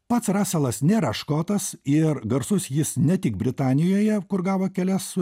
pats raselas nėra škotas ir garsus jis ne tik britanijoje kur gavo kelias